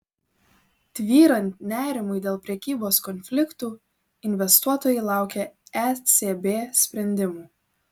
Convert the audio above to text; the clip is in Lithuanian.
tvyrant nerimui dėl prekybos konfliktų investuotojai laukia ecb sprendimų